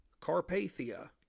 Carpathia